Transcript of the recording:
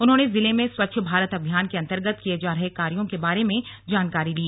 उन्होंने जनपद में स्वच्छ भारत अभियान के अन्तर्गत किये जा रहे कार्यों के बारे में जानकारी ली